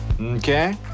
Okay